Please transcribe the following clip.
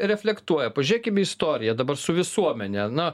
reflektuoja pažiūrėkim į istoriją dabar su visuomene na